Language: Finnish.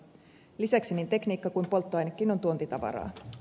lisäksi niin tekniikka kun polttoainekin on tuontitavaraa